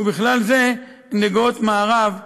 ובכלל זה נגוהות מערב,